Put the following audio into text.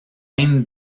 vingt